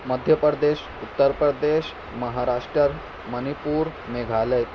Madhya Pradesh Uttar Pradesh Maharashtra Manipur Meghalaya